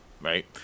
right